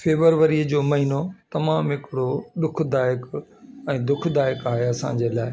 February जो महीनो तमामु हिकिड़ो दुखदायक ऐं दुखदायक आहे असांजे लाइ